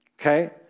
Okay